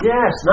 Yes